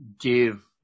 give